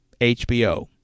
HBO